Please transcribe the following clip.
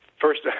First